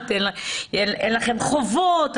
שאין להם חובות,